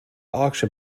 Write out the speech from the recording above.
auction